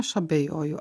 aš abejoju